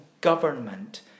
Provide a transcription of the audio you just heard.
government